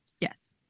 Yes